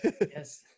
Yes